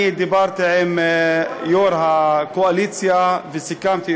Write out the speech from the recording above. דיברתי עם יושב-ראש הקואליציה וסיכמתי